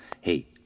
Hey